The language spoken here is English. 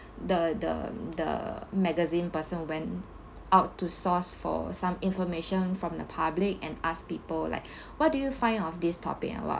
the the the magazine person went out to source for some information from the public and ask people like what do you find of this topic and what